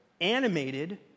animated